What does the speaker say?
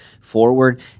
forward